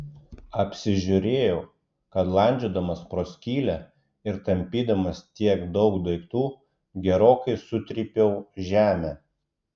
apsižiūrėjau kad landžiodamas pro skylę ir tampydamas tiek daug daiktų gerokai sutrypiau žemę